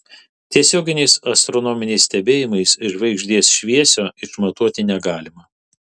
tiesioginiais astronominiais stebėjimais žvaigždės šviesio išmatuoti negalima